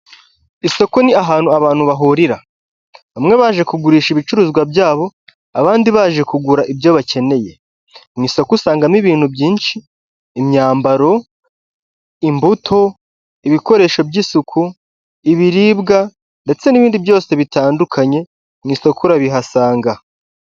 Isoko ni ahantu abantu bahurira, bamwe baje kugurisha ibicuruzwa byabo, abandi baje kugura ibyo bakeneye, mu isoko usangamo ibintu byinshi, imyambaro, imbuto ,ibikoresho by'isuku, ibiribwa, ndetse n'ibindi byose bitandukanye mu isoko urabihasanga.